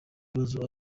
ibibazo